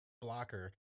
blocker